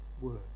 Word